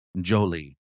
Jolie